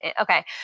Okay